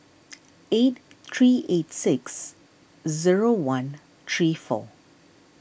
eight three eight six zero one three four